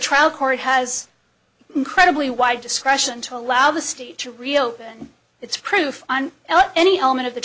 trial court has incredibly wide discretion to allow the state to reopen its proof on l any element of the